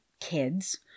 kids